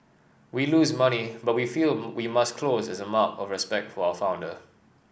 we lose money but we feel we must close as a mark of respect for our founder